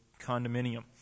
condominium